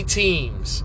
teams